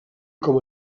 com